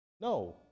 No